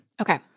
Okay